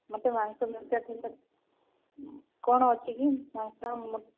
ମୋତେ ମାଂସ ଦରକାର ଥିଲା କ'ଣ ଅଛି କି ମାଂସ ମଟନ୍